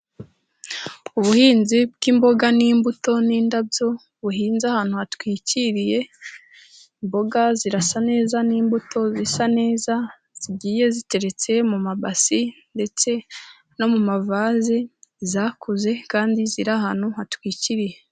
Ubuhinzi bw'imboga n'imbuto n'indabyo buhinze ahantu hatwikiriye, imboga zirasa neza n'imbuto zisa neza zigiye ziteretse mu mabasi, ndetse no mu mavazi zakuze kandi ziri ahantu hatwikiriye.